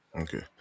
Okay